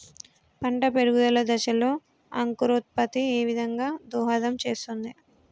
పంట పెరుగుదల దశలో అంకురోత్ఫత్తి ఏ విధంగా దోహదం చేస్తుంది?